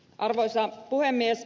arvoisa puhemies